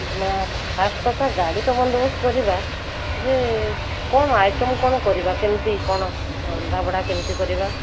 ନାଁ ଫାଷ୍ଟ୍ କଥା ଗାଡ଼ି ତ ବନ୍ଦୋବସ୍ତ କରିବା ଯେ କ'ଣ ଆଇଟମ୍ କ'ଣ କରିବା କେମିତି କ'ଣ ରନ୍ଧା ବଢ଼ା କେମିତି କରିବା